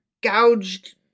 gouged